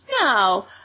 No